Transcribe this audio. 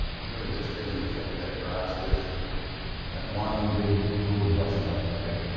really just getting the effect of that grass with that one big, broad brushstroke. yep.